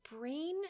brain